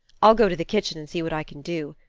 i'll go to the kitchen and see what i can do.